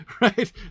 right